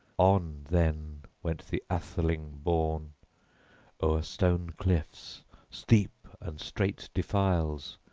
on then went the atheling-born o'er stone-cliffs steep and strait defiles,